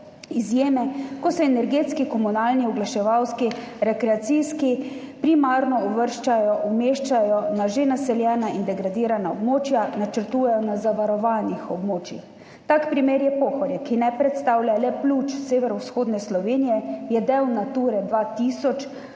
izjeme, ko se energetski, komunalni, oglaševalski, rekreacijski primarno uvrščajo, umeščajo na že naseljena in degradirana območja, načrtujejo na zavarovanih območjih. Tak primer je Pohorje, ki ne predstavlja le pljuč severovzhodne Slovenije, je del Nature 2000,